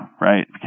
right